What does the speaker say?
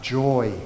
joy